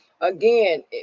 again